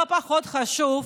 ולא פחות חשוב,